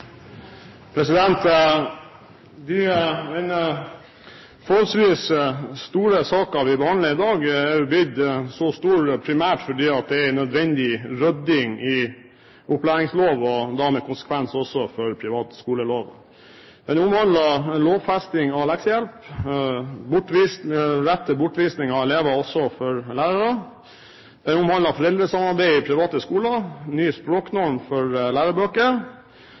at de som måtte tegne seg på talerlisten utover den fordelte taletid, får en taletid på inntil 3 minutter. – Det anses vedtatt. Den forholdsvis store saken vi behandler i dag, er blitt så stor primært fordi den er en nødvendig rydding i opplæringsloven, da med konsekvenser også for privatskoleloven. Saken omhandler lovfesting av leksehjelp, rett til bortvisning av elever også for lærere,